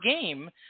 game